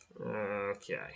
Okay